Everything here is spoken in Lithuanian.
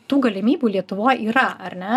tų galimybių lietuvoj yra ar ne